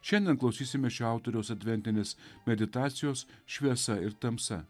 šiandien klausysime šio autoriaus adventinės meditacijos šviesa ir tamsa